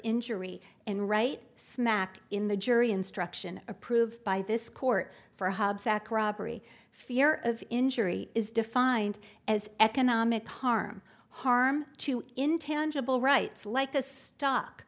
injury and right smack in the jury instruction approved by this court for hub sac robbery fear of injury is defined as economic harm harm to intangible rights like the stock